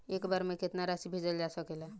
एक बार में केतना राशि भेजल जा सकेला?